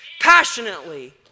passionately